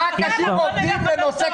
אני גבר רגיל.